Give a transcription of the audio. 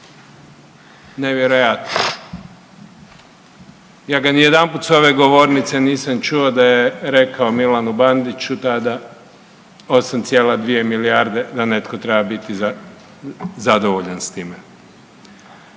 Nevjerojatno. Ja ga nijedanput s ove govornice nisam čuo da je rekao Milanu Bandiću tada 8,2 milijarde da netko treba biti zadovoljan s time.